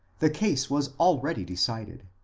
the case was already decided,